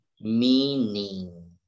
meaning